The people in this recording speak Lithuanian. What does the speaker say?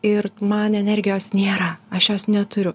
ir man energijos nėra aš jos neturiu